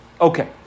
Okay